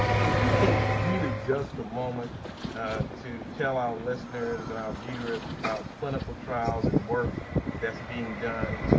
could you take really just a moment to tell our listeners and our viewers about clinical trials and the work that's being done.